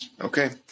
Okay